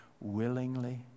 willingly